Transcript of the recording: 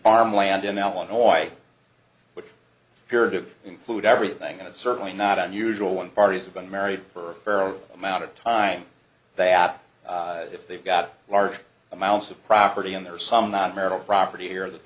farmland in illinois which appeared to include everything and it's certainly not unusual when parties have been married for a fairer amount of time that if they've got large amounts of property and there are some not marital property here that